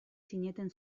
zineten